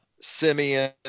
Simeon